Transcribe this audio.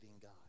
God